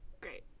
Great